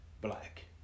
black